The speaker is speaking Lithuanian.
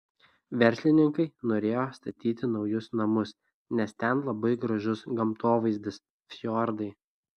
verslininkai norėjo statyti naujus namus nes ten labai gražus gamtovaizdis fjordai